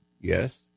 yes